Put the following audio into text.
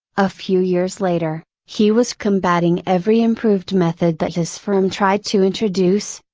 a few years later, he was combating every improved method that his firm tried to introduce,